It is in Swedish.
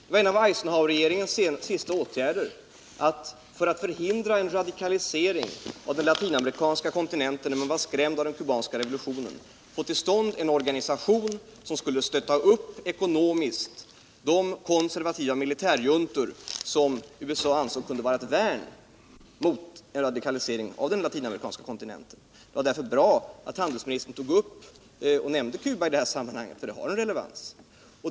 Det var en av Eisenhowerregeringens sista åtgärder för att förhindra en radikalisering av den latinamerikanska kontinenten, när man var skrämd av revolutionen, samt för att få till stånd en organisation som skulle ckonomiskt stötta upp de konservativa militärjuntor som USA ansåg kunde vara ett värn mot denna radikalisering av den latinamerikanska kontinenten. Det var därför bra att handelsministern tog upp Cuba i detta sammanhang, för det har en relevans.